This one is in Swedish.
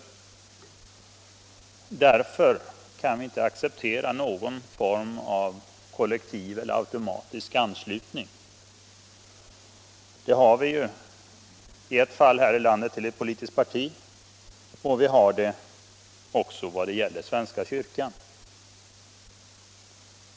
Därför kan vi inte acceptera någon form av kollektiv eller automatisk anslutning. Det har vi i ett fall här i landet till ett politiskt parti och vi har det också vad gäller svenska kyrkan.